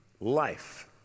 life